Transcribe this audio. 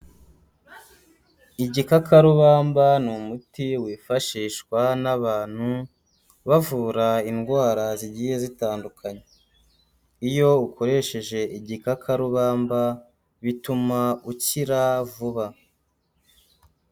Igikakarubamba ni umuti wifashishwa n'abantu bavura indwara zigiye zitandukanye, iyo ukoresheje igikakarubamba bituma ukira vuba.